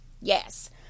yes